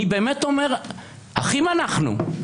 אחים אנחנו.